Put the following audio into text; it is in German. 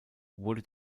wurde